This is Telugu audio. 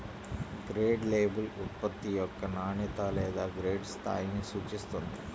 గ్రేడ్ లేబుల్ ఉత్పత్తి యొక్క నాణ్యత లేదా గ్రేడ్ స్థాయిని సూచిస్తుంది